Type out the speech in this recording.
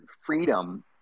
freedom